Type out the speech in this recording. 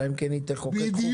אלא אם כן היא תחוקק חוקים.